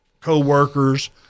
co-workers